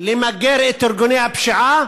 למגר את ארגוני הפשיעה,